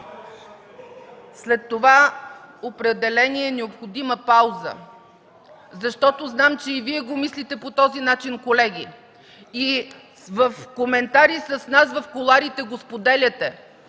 След това определение е необходима пауза, защото знам, че и Вие го мислите по този начин, колеги, и в коментари с нас в кулоарите го споделяте,